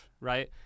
right